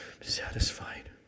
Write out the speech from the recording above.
satisfied